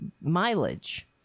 mileage